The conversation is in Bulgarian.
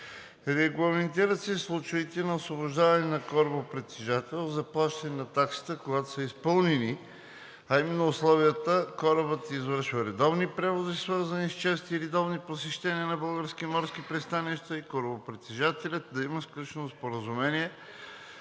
Регламентират се случаите на освобождаване на корабопритежател от заплащане на таксата, когато са изпълнени едновременно условията корабът да извършва редовни превози, свързани с чести и редовни посещения на български морски пристанища, и корабопритежателят да има сключено споразумение